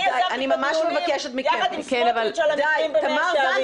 אני יזמתי את הדיונים יחד עם סמוטריץ' על המקרים במאה שערים.